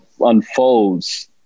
unfolds